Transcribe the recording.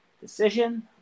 decision